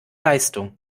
leistung